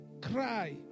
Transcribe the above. cry